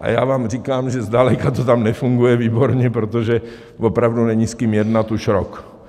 a já vám říkám, že zdaleka to tam nefunguje výborně, protože opravdu není s kým jednat už rok.